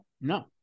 No